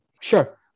Sure